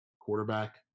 Quarterback